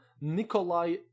Nikolai